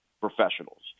professionals